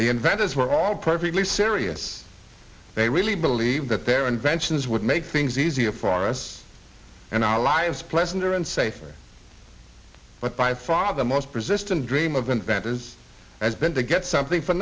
the inventors were all perfectly serious they really believed that their inventions would make things easier for us and our lives pleasanter and safer but by far the most persistent dream of inventors has been to get something for